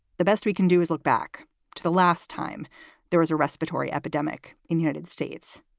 the best we can do is look back to the last time there was a respiratory epidemic in united states.